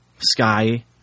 Sky